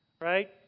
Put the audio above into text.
Right